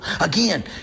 Again